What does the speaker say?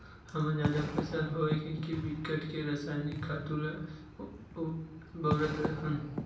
हमन जादा फसल होवय कहिके बिकट के रसइनिक खातू ल बउरत हन